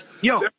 Yo